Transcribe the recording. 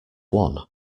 one